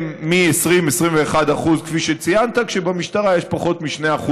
20%, 21%, כפי שציינת, כשבמשטרה יש פחות מ-2%